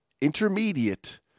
intermediate